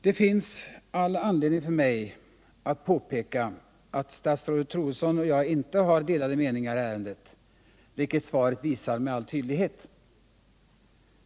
Det finns all anledning för mig att påpeka att statsrådet Troedsson och jag inte har delade meningar i ärendet, något som svaret med all tydlighet visar.